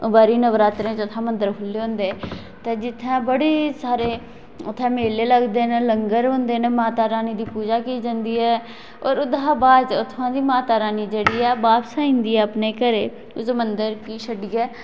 बारी नवरात्रें च उत्थै मंदर खुल्ले दा होंदे ते जित्थै बड़ी सारी उत्थै मेले लगदे न नंगर होंदे न माता रानी दी पूजा की जंदी ऐ होर उदहा बाद उत्थुआं दी माता रानी जेह्ड़ी ऐ बापस आई जंदी अपने घरें उस मंदर गी छड्ढियै